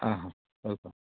आं हा वॅलकम